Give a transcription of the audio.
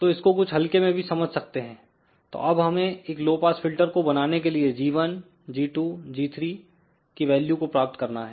तो इसको कुछ हल्के में भी समझ सकते हैंतो अब हमें एक लो पास फिल्टर को बनाने के लिए g1 g2 g3 की वैल्यू को प्राप्त करना है